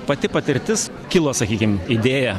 pati patirtis kilo sakykim idėja